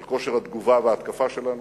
על כושר התגובה וההתקפה שלנו.